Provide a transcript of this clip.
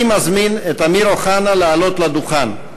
אני מזמין את אמיר אוחנה לעלות לדוכן.